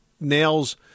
nails